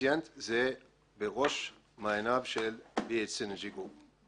הפציינט היא בראש מעייני סינרג'י גרופ.